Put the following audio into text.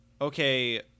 okay